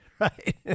Right